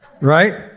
Right